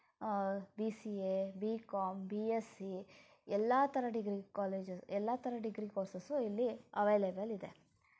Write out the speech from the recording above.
B C A B com B SC ಎಲ್ಲ ಥರ degree college ಎಲ್ಲ ಥರ ಡಿಗ್ರಿ ಕೋರ್ಸ್ಸ್ಸು ಇಲ್ಲಿ ಅವೈಲೆಬಲ್ ಇದೆ